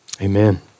amen